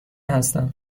هستم